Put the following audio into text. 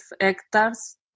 hectares